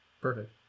perfect